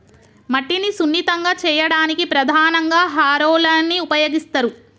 మట్టిని సున్నితంగా చేయడానికి ప్రధానంగా హారోలని ఉపయోగిస్తరు